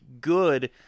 good